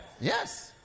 Yes